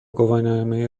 گواهینامه